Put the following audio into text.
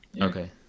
Okay